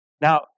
Now